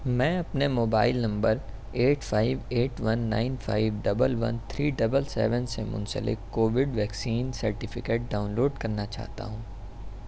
میں اپنے mobile number eight five eight one nine five double one three double seven سے منسلک covid vaccine certificate download کرنا چاہتا ہوں